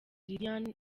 lilian